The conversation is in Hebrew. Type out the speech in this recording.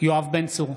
יואב בן צור,